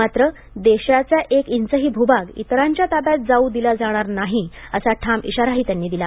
मात्र देशाचा एक इंचही भुभाग इतरांच्या ताब्यात जावू दिला जाणार नाही असा ठाम इशाराही त्यांनी दिला